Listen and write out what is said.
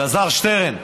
אלעזר שטרן,